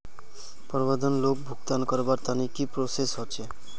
प्रबंधन लोन भुगतान करवार तने की की प्रोसेस होचे?